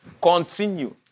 Continue